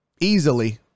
easily